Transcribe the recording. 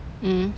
mm